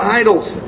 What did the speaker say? idols